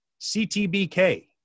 CTBK